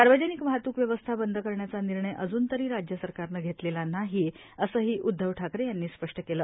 सार्वजनिक वाहतुक व्यवस्था बंद करण्याचा निर्णय अजुन तरी राज्य सरकारने घेतलेला नाही असेही उदधव ठाकरे यांनी स्पष्ट केले